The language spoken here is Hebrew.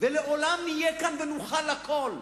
ולעולם נהיה כאן ונוכל הכול,